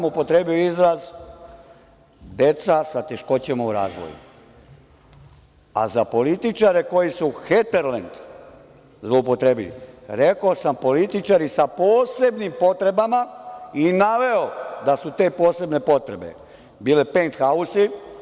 Upotrebio sam izraz „deca sa teškoćama u razvoju“, a za političare koji su Heterlend zloupotrebili rekao sam „političari sa posebnim potrebama“ i naveo da su te posebne potrebe bili penthausi.